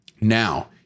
Now